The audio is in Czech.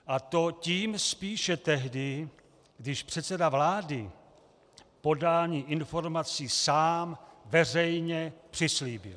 A to tím spíše tehdy, když předseda vlády podání informací sám veřejně přislíbí.